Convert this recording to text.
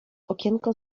okienko